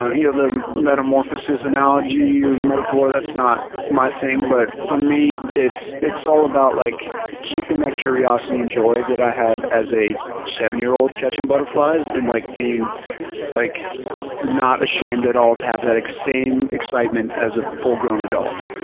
ah you know the metamorphosis analogy or metaphor, that's not my thing, but for me it's all about like keeping that curiosity and joy that i had as a seven-year old catching butterflies, and like being like not ashamed at all to have that same excitement as a full-grown adult.